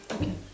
okay